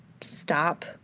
stop